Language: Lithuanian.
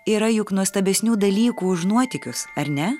yra juk nuostabesnių dalykų už nuotykius ar ne